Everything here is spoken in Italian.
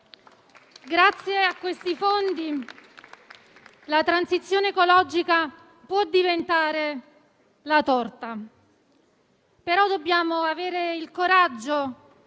Grazie a questi fondi la transizione ecologica può diventare la torta. Però dobbiamo avere il coraggio